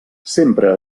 sempre